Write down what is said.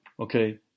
Okay